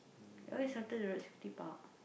ya that's after the road safety park